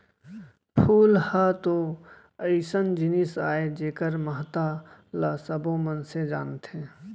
फूल ह तो अइसन जिनिस अय जेकर महत्ता ल सबो मनसे जानथें